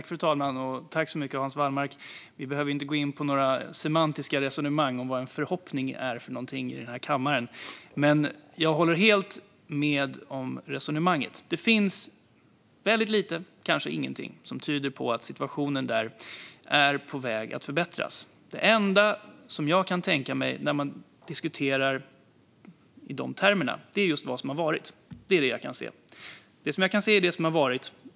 Fru talman! Vi behöver inte här i kammaren gå in i några semantiska resonemang om vad "förhoppning" är. Jag håller dock helt med om Hans Wallmarks resonemang. Det finns väldigt lite, kanske inget, som tyder på att situationen där är på väg att förbättras. Det enda som jag kan tänka mig när man diskuterar i dessa termer är det som har varit. Det är vad jag kan se.